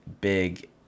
big